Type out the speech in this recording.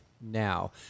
now